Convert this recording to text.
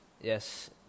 Yes